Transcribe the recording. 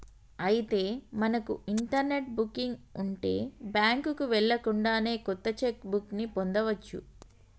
అయితే మనకు internet booking ఉంటే బ్యాంకుకు వెళ్ళకుండానే కొత్త చెక్ బుక్ ని పొందవచ్చు